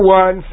one